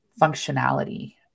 functionality